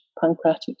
pancreatic